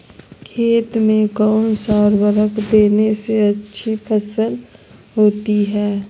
खेत में कौन सा उर्वरक देने से अच्छी फसल होती है?